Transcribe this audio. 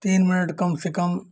तीन मिनट कम से कम